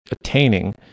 attaining